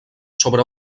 sobre